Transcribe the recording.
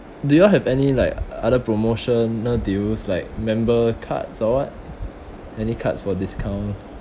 do you all have any like other promotional deals like member cards or what any cards for discount